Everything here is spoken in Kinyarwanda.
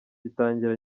gitangira